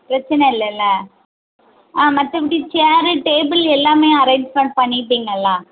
பிரச்சனை இல்லைல்ல ஆ மற்றபடி சேரு டேபுள் எல்லாமே அரேஞ்ச்மெண்ட்ஸ் பண்ணிட்டிங்களா